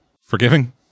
Forgiving